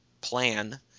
plan